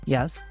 Yes